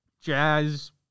Jazz